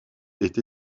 est